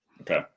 Okay